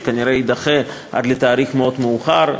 שכנראה יידחה עד לתאריך מאוד מאוחר,